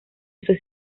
estoy